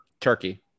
Turkey